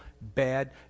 bad